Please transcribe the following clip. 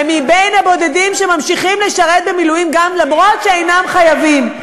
הם מהבודדים שממשיכים לשרת במילואים גם אם אינם חייבים.